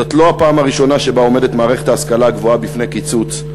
"זאת לא הפעם הראשונה שבה עומדת מערכת ההשכלה הגבוהה בפני קיצוץ",